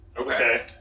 Okay